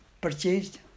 purchased